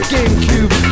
GameCube